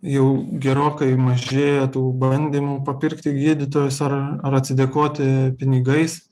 jau gerokai mažėja tų bandymų papirkti gydytojus ar ar atsidėkoti pinigais